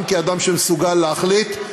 גם כאדם שמסוגל להחליט,